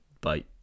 Bye